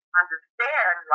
understand